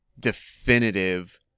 definitive